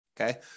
Okay